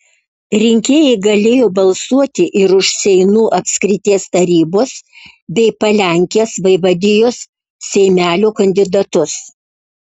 rinkėjai galėjo balsuoti ir už seinų apskrities tarybos bei palenkės vaivadijos seimelio kandidatus